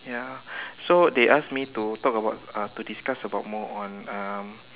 ya so they ask me to talk about uh to discuss about more on um